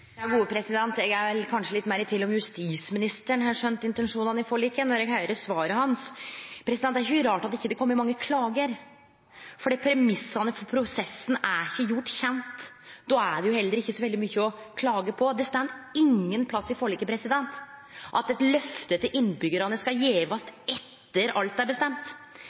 Eg er kanskje litt meir i tvil om justisministeren har skjønt intensjonen i forliket når eg høyrer svaret hans. Det er ikkje rart at det ikkje kjem mange klager, fordi premissane for prosessen er ikkje gjort kjent. Då er det heller ikkje så mykje å klage på. Det står ikkje nokon plass i forliket at eit løfte til innbyggjarane skal gjevast etter at alt er bestemt.